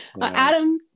Adam